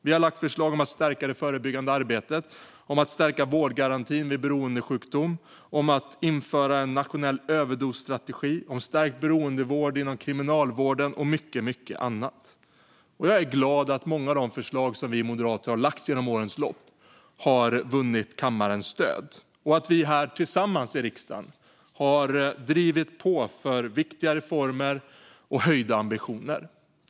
Vi har lagt fram förslag om att stärka det förebyggande arbetet, om att stärka vårdgarantin vid beroendesjukdom, om införandet av en nationell överdosstrategi, om en stärkt beroendevård inom Kriminalvården och mycket, mycket annat. Och jag är glad att många av de förslag som vi moderater har lagt fram genom årens lopp har vunnit kammarens stöd och att vi tillsammans i riksdagen har drivit på för viktiga reformer och höjda ambitioner.